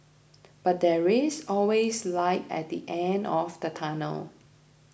but there is always light at the end of the tunnel